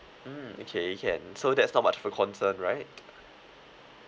mm okay can so there's not much for concern right